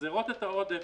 שממחזרות את העודף.